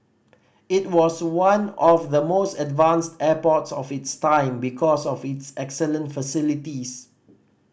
it was one of the most advanced airports of its time because of its excellent facilities